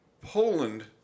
Poland